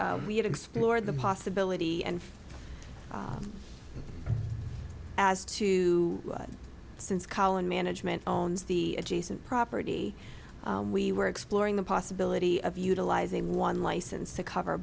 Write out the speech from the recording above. is we had explored the possibility and as to why since col and management owns the adjacent property we were exploring the possibility of utilizing one license to cover